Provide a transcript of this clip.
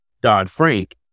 Dodd-Frank